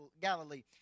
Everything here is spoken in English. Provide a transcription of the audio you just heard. Galilee